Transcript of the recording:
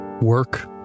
work